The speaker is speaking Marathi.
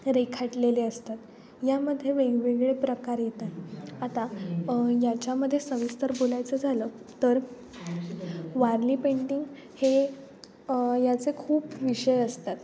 रेखाटलेले असतात यामध्ये वेगवेगळे प्रकार येतात आता याच्यामधे सविस्तर बोलायचं झालं तर वारली पेंटिंग हे याचे खूप विषय असतात